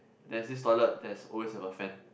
there's this toilet there's always have a fan